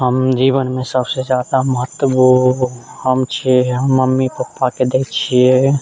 हम जीवनमे सबसे जादा ओ महत्व हम छियै हम मम्मी पप्पाके दय छियै